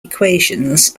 equations